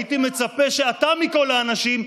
הייתי מצפה שאתה מכל האנשים,